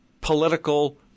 political